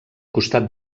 costat